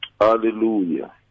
hallelujah